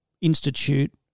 institute